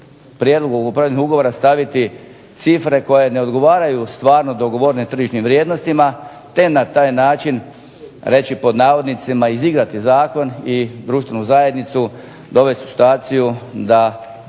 prijedlogu kupoprodajnog ugovora staviti cifre koje ne odgovaraju stvarno dogovorenim tržišnim vrijednostima te na taj način reći "izigrati" zakon i društvenu zajednicu dovesti u situaciju da se